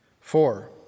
Four